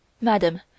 Madam